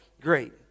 Great